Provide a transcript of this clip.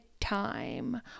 time